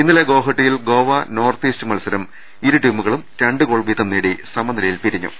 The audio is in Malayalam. ഇന്നലെ ഗോഹട്ടിയിൽ ഗോവ നോർത്ത് ഈസ്റ്റ് മത്സരം ഇരുടീമുകളും രണ്ടുഗോളുകൾ വീതം നേടി സമ നിലയിൽ അവസാനിച്ചു